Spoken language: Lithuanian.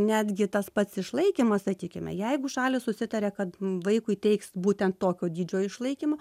netgi tas pats išlaikymas sakykime jeigu šalys susitaria kad vaikui teiks būtent tokio dydžio išlaikymą